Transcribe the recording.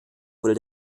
wurde